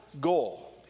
goal